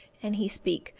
and he speak,